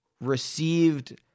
received